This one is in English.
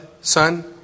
son